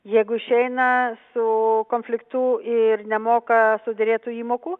jeigu išeina su konfliktu ir nemoka suderėtų įmokų